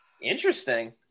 Interesting